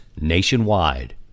nationwide